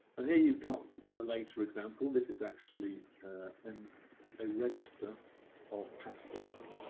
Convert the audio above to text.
and here you've got a later example. this is actually and a register of passports.